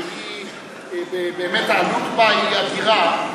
שבאמת העלות בה אדירה,